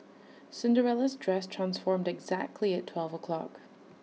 Cinderella's dress transformed exactly at twelve o'clock